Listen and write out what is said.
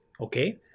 okay